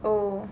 oh